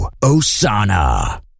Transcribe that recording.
Osana